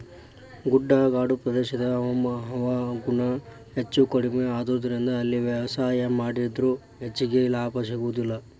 ಗುಡ್ಡಗಾಡು ಪ್ರದೇಶದ ಹವಾಗುಣ ಹೆಚ್ಚುಕಡಿಮಿ ಆಗೋದರಿಂದ ಅಲ್ಲಿ ವ್ಯವಸಾಯ ಮಾಡಿದ್ರು ಹೆಚ್ಚಗಿ ಲಾಭ ಸಿಗೋದಿಲ್ಲ